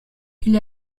est